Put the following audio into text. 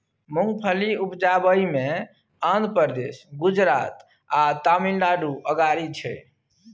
मूंगफली उपजाबइ मे आंध्र प्रदेश, गुजरात आ तमिलनाडु अगारी छै